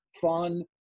fun